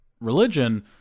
religion